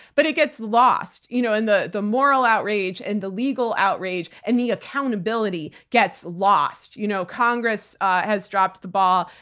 but it gets lost you know and in the moral outrage and the legal outrage and the accountability gets lost. you know congress has dropped the ball.